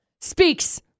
speaks